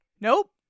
Nope